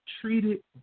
treated